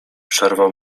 przerwał